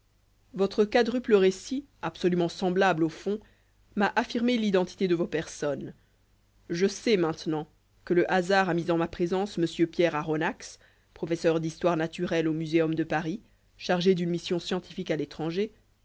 votre quadruple récit absolument semblable au fond m'a affirmé l'identité de vos personnes je sais maintenant que le hasard a mis en ma présence monsieur pierre aronnax professeur d'histoire naturelle au muséum de paris chargé d'une mission scientifique à l'étranger